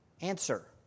Answer